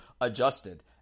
adjusted